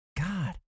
God